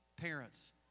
Parents